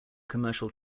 commercial